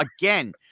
again